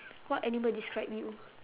what animal describe you